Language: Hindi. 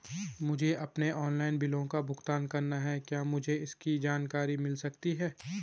मुझे अपने ऑनलाइन बिलों का भुगतान करना है क्या मुझे इसकी जानकारी मिल सकती है?